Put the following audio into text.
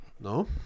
No